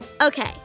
Okay